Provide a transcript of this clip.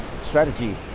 strategy